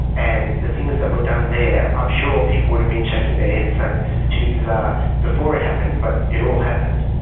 and the things that were done there, i'm sure people would have been shaking their heads and saying, this is too bizarre before it happened, but it all happened.